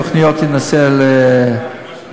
תוכניות נעשה בקרוב,